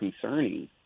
concerning